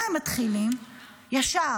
מה מתחילים, ישר,